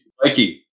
mikey